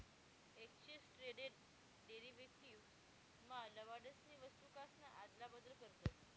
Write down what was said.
exchange traded derivatives मा लबाडसनी वस्तूकासन आदला बदल करतस